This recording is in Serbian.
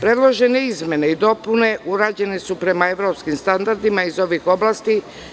Predložene izmene i dopune urađene su prema evropskim standardima iz ovih oblasti.